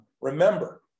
remember